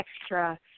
extra